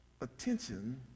attention